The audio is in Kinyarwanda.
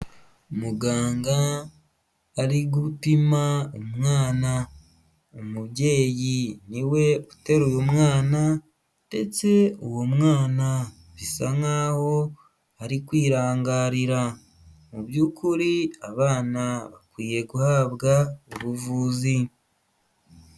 Uuganga ari gupima umwana umubyeyi niwe uteruye umwana ndetse uwo mwana bisa nkaho ari kwirangarira, mu by'ukuri abana bakwiye guhabwa ubuvuzi.